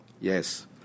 Yes